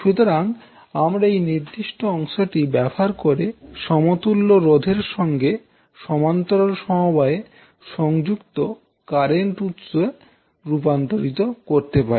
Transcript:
সুতরাং আমরা এই নির্দিষ্ট অংশটি ব্যবহার করে সমতুল্য রোধের সঙ্গে সমান্তরাল সমবায়ে সংযুক্ত কারেন্ট উৎসে রূপান্তরিত করতে পারি